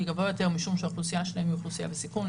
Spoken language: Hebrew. גבוה יותר משום שהאוכלוסייה שלהם היא אוכלוסייה בסיכון.